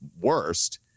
worst